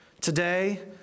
Today